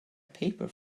paper